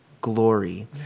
glory